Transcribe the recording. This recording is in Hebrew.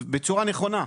בצורה נכונה.